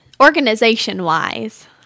organization-wise